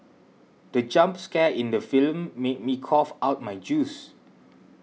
the jump scare in the film made me cough out my juice